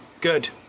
Good